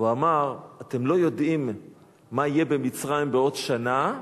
והוא אמר: אתם לא יודעים מה יהיה במצרים בעוד שנה,